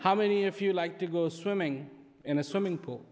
how many if you like to go swimming in a swimming pool